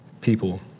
people